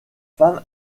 femme